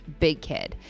bigkid